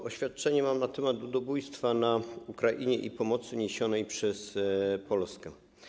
Mam oświadczenie na temat ludobójstwa na Ukrainie i pomocy niesionej przez Polskę.